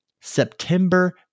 September